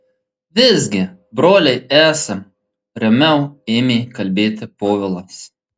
visgi broliai esam ramiau ėmė kalbėti povilas